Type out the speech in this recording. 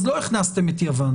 אז לא הכנסתם את יוון,